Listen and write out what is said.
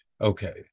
okay